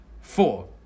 Four